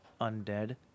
undead